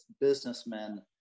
businessmen